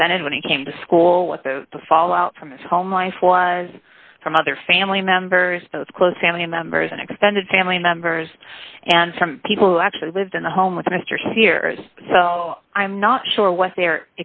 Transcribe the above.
presented when he came to school with the fall out from his home life was from other family members those close family members and extended family members and some people who actually lived in the home with mr spears so i'm not sure what they're